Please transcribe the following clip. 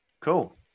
cool